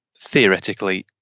theoretically